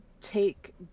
take